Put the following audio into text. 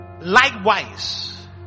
Likewise